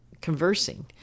conversing